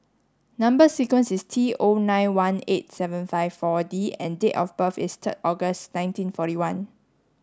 number sequence is T O nine one eight seven five four D and date of birth is third August nineteen forty one